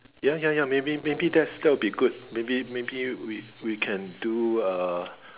ya ya ya maybe maybe that's that will be good maybe maybe we we can do uh